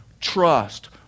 trust